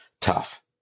tough